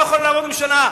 ככה לא יכולה לעבוד ממשלה,